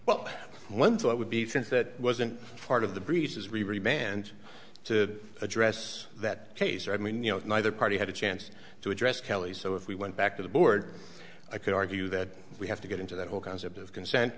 well one thought would be since that wasn't part of the breach as we were banned to address that case i mean you know neither party had a chance to address kelly so if we went back to the board i could argue that we have to get into the whole concept of consent